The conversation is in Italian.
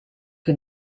che